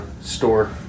store